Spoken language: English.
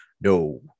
no